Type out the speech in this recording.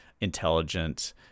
intelligent